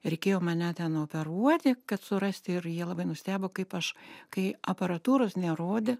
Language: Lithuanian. reikėjo mane ten operuoti kad surasti ir jie labai nustebo kaip aš kai aparatūros nerodė